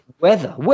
weather